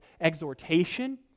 exhortation